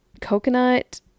coconut